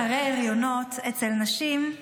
אחרי הריונות אצל נשים,